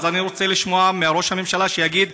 אז אני רוצה לשמוע מראש הממשלה שיגיד: